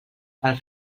pel